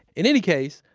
in any case,